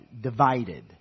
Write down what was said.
divided